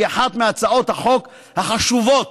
היא אחת מהצעות החוק החשובות